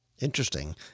Interesting